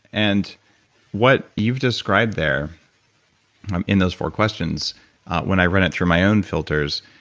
and what you've described there in those four questions when i run it through my own filters,